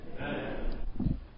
Amen